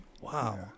Wow